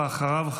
ואחריו,